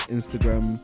Instagram